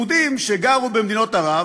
יהודים שגרו במדינות ערב